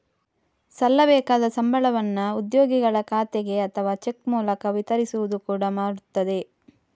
ಸಲ್ಲಬೇಕಾದ ಸಂಬಳವನ್ನ ಉದ್ಯೋಗಿಗಳ ಖಾತೆಗೆ ಅಥವಾ ಚೆಕ್ ಮೂಲಕ ವಿತರಿಸುವುದು ಕೂಡಾ ಮಾಡ್ತದೆ